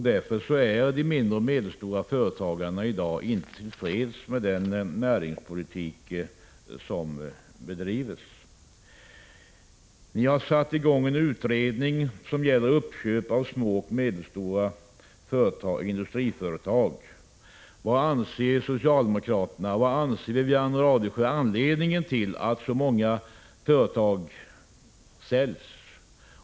Därför är de mindre och medelstora företagarna i dag inte till freds med den näringspolitik som bedrivs. Ni har satt i gång en utredning som gäller uppköp av små och medelstora industriföretag. Vad anser socialdemokraterna och Wivi-Anne Radesjö är anledningen till att så många företag säljs?